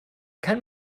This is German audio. kann